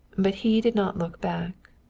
but he did not look back.